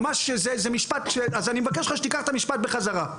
אז אני מבקש ממך שתיקח את המשפט בחזרה.